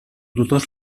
tutors